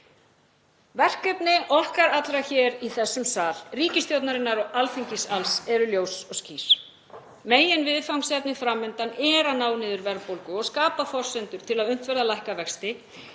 Verkefni okkar allra hér í þessum sal, ríkisstjórnarinnar og Alþingis alls eru ljós og skýr. Meginviðfangsefnið fram undan er að ná niður verðbólgu og skapa forsendur til að unnt verði að lækka vexti